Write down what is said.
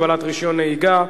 הגבלת רשיון נהיגה),